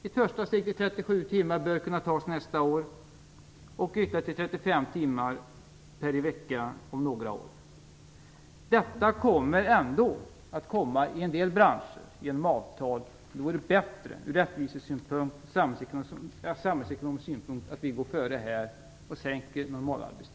Ett första steg - en sänkning till 37 timmar - bör kunna tas nästa år, och ännu en sänkning till 35 timmar om ytterligare några år. Detta kommer ändå att bli aktuellt i en del branscher genom avtal. Då är det bättre från rättvisesynpunkt och samhällsekonomiskt bättre att vi här går före och sänker normalarbetstiden.